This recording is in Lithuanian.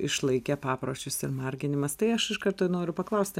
išlaikę papročius ir marginimas tai aš iš karto ir noriu paklausti